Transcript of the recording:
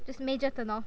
that's major turn off